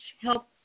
Help